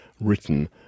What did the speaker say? written